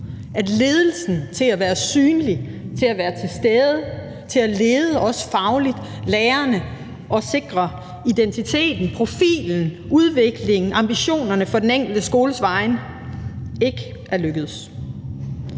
at ledelsen skal være synlig og være til stede og også fagligt lede lærerne og sikre identiteten og profilen, udviklingen og ambitionen på den enkelte skoles vegne, er ikke lykkedes.